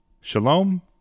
Shalom